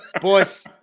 boys